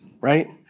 right